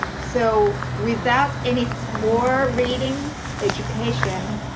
so without any score reading education,